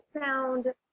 sound